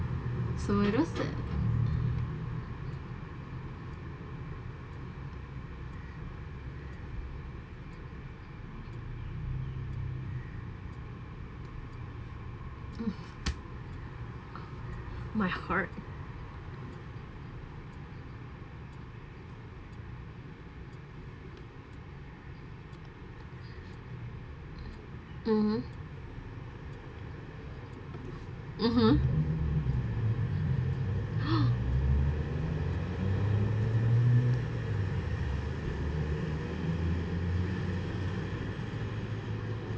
so we lost then mm my heart mmhmm mmhmm